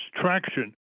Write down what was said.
traction